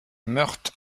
meurthe